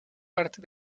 parte